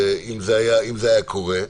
אם זה היה קורה.